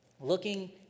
looking